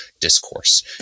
discourse